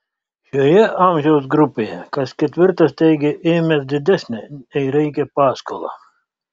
šioje amžiaus grupėje kas ketvirtas teigia ėmęs didesnę nei reikia paskolą